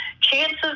chances